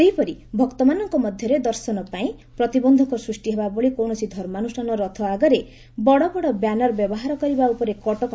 ସେହିପରି ଭକ୍ତମାନଙ୍କ ମଧରେ ଦର୍ଶନ ପାଇଁ ପ୍ରତିବନ୍ଧକ ସୃଷି ହେବାଭଳି କୌଣସି ଧର୍ମାନୁଷ୍ଠାନ ରଥ ଆଗରେ ବଡ ବଡ ବ୍ୟାନର ବ୍ୟବହାର କରିବା ଉପରେ କଟକଣା କରାଯାଇଛି